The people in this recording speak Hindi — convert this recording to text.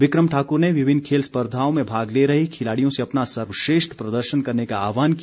बिक्रम ठाकुर ने विभिन्न खेल स्पर्धाओं में भाग ले रहे खिलाड़ियों से अपना सर्वश्रेष्ठ प्रदर्शन करने का आहवान किया